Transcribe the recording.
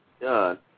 done